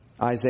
Isaiah